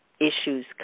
issues